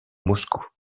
moscou